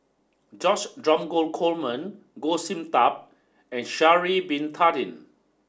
George Dromgold Coleman Goh Sin Tub and Sha'ari bin Tadin